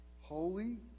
holy